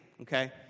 Okay